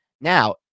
Now